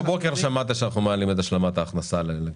רק הבוקר שמעת שאנחנו מעלים את השלמת ההכנסה לקשישים.